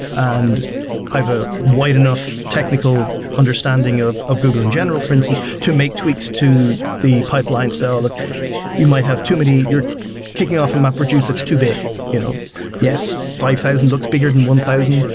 and either wide enough technical understanding of of google in general for instance to make tweaks to the pipeline. so you might have too many you're kicking off a map reduce that's too big. you know yes, five thousand looks bigger than one thousand,